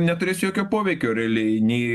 neturės jokio poveikio realiai nei